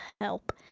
help